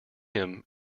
him